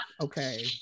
okay